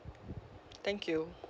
thank you